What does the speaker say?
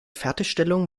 fertigstellung